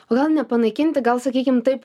o gal nepanaikinti gal sakykim taip